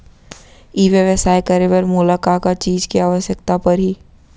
ई व्यवसाय करे बर मोला का का चीज के आवश्यकता परही?